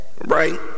right